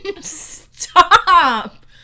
Stop